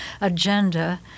agenda